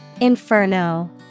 Inferno